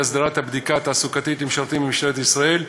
הסדרת הבדיקה התעסוקתית למשרתים במשטרת ישראל,